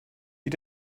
you